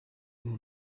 uwo